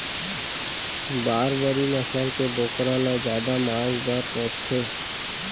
बारबरी नसल के बोकरा ल जादा मांस बर पोसथें